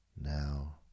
now